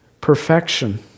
perfection